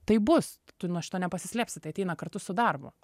tai bus tu nuo šito nepasislėpsi tai ateina kartu su darbu